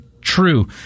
true